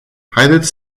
haideți